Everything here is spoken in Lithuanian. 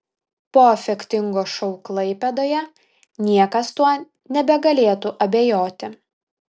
po efektingo šou klaipėdoje niekas tuo nebegalėtų abejoti